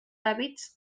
hàbits